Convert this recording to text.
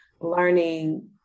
learning